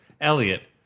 Elliot